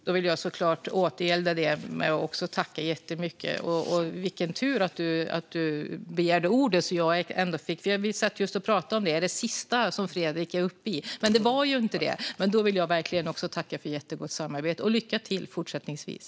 Fru talman! Jag vill såklart återgälda detta med att tacka jättemycket. Vilken tur att Fredrik Christensson begärde ordet! Vi satt just och pratade om det - är det sista debatten som Fredrik är uppe i? Det var ju inte det. Jag vill verkligen också tacka för ett jättegott samarbete och önska lycka till fortsättningsvis.